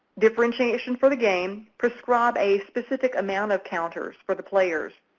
differentiation for the game, prescribe a specific amount of counters for the players.